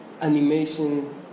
animation